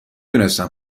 دونستم